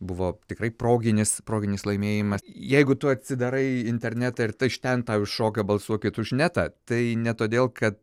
buvo tikrai proginis proginis laimėjimas jeigu tu atsidarai internetą ir tai iš ten tau iššoka balsuokit už netą tai ne todėl kad